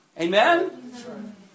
Amen